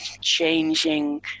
changing